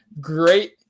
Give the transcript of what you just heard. great